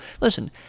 Listen